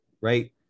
Right